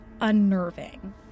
unnerving